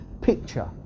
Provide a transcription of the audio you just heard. picture